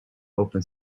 open